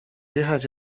jechać